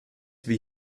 wie